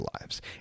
lives